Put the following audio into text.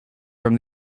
from